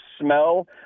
smell